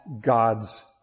God's